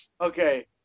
Okay